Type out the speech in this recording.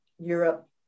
Europe